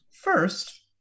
first